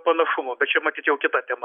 panašumų bet čia matyt jau kita tema